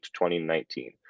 2019